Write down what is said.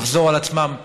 לחזור על עצמם,